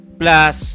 plus